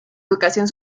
educación